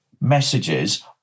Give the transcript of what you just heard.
messages